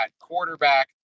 quarterback